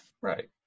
Right